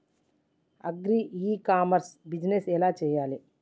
Agri e commerce business ఎలా చెయ్యాలి?